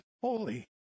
holy